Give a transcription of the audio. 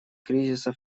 кризиса